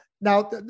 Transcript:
now